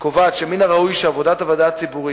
קובעת שמן הראוי שעבודת הוועדה הציבורית,